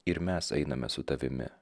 ir mes einame su tavimi